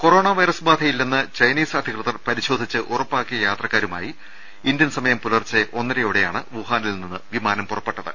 corona വൈറസ്ബാധ ഇല്ലെന്ന് Chinese അധികൃതർ പരിശോധിച്ച് ഉറപ്പാക്കിയ യാത്രക്കാരുമായി ഇന്ത്യൻ സമയം പുലർച്ചെ ഒന്നരയോടെയാണ് വുഹാനിൽ നിന്ന് വിമാനം പുറപ്പെട്ടത്